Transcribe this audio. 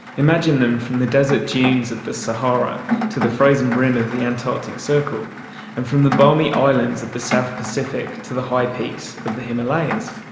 imagine them from the desert dunes of the sahara to the frozen rim of the antarctic circle and from the balmy islands of the south pacific to the high peaks of the himalayas.